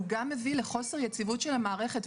הוא גם מביא לחוסר יציבות של המערכת,